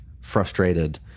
frustrated